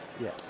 Yes